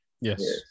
yes